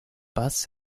bass